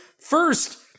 first